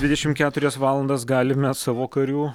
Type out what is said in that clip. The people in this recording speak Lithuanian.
dvidešimt keturias valandas galime savo karių